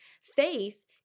Faith